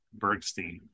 Bergstein